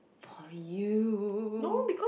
for you